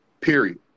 period